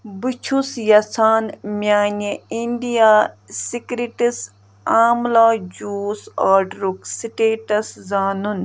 بہٕ چھُس یَژھان میٛانہِ اِنٛڈیا سِکرِٹٕس آملا جوٗس آرڈرُک سٕٹیٹس زانُن